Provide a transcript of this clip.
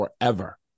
forever